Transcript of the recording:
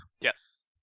Yes